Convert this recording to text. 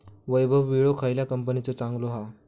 वैभव विळो खयल्या कंपनीचो चांगलो हा?